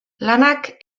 lanak